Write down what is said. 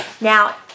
Now